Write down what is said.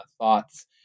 thoughts